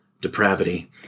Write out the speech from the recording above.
depravity